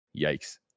Yikes